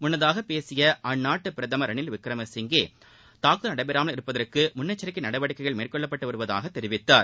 முன்னதாக பேசிய அந்நாட்டு பிரதமர் ரணில் விக்ரம சிங்கே தாக்குதல் நடைபெறாமல் இருப்பதற்கு முன்னேச்சரிக்கை நடவடிக்கைகள் மேற்கொள்ளப்பட்டு வருவதாக தெரிவித்தார்